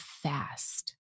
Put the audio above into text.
fast